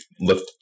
lift